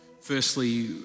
Firstly